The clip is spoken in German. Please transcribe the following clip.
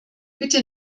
bitte